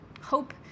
Hope